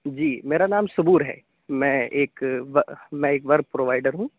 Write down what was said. جی میرا نام صبور ہے میں ایک میں ایک ورک پرووائیڈر ہوں